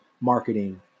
marketing